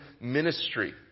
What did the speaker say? ministry